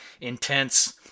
intense